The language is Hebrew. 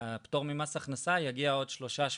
"הפטור ממס הכנסה יגיע בעוד שלושה שבועות".